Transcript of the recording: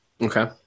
Okay